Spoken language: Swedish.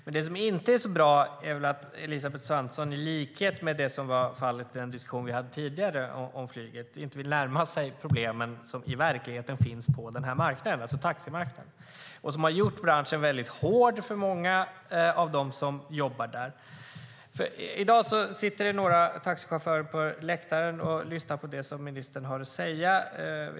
Men det som inte är så bra är att Elisabeth Svantesson, i likhet med den diskussion som vi hade tidigare om flyget, inte vill närma sig problemen som i verkligheten finns på den här marknaden, alltså taximarknaden, och som har gjort branschen väldigt hård för många av dem som jobbar i den. I dag sitter det några taxichaufförer på läktaren och lyssnar på det som ministern har att säga.